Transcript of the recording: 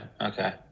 okay